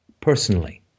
personally